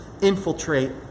infiltrate